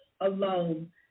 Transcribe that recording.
alone